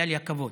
היה לי הכבוד,